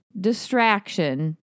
distraction